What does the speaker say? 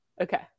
okay